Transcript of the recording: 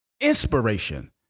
inspiration